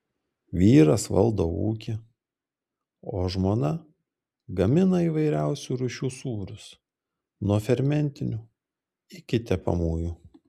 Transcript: vyras valdo ūkį o žmona gamina įvairiausių rūšių sūrius nuo fermentinių iki tepamųjų